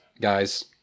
guys